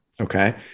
Okay